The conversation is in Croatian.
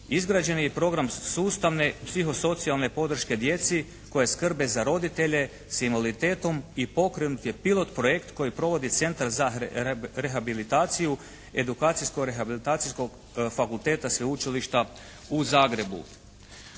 Izgrađen je i program sustavne psihosocijalne podrške djeci koja skrbe za roditelje sa invaliditetom i pokrenut je pilot projekt kojeg provodi Centar za rehabilitaciju Edukacijsko-rehabilitacijskog fakulteta Sveučilišta u Zagrebu.